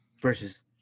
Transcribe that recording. versus